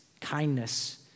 kindness